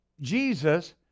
Jesus